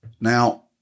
Now